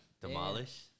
Demolish